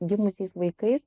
gimusiais vaikais